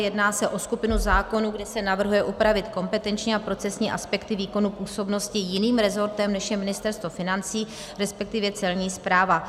Jedná se o skupinu zákonů, kde se navrhuje upravit kompetenční a procesní aspekty výkonu působnosti jiným resortem, než je Ministerstvo financí, resp. Celní správa.